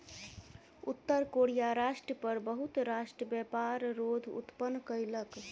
उत्तर कोरिया राष्ट्र पर बहुत राष्ट्र व्यापार रोध उत्पन्न कयलक